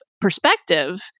perspective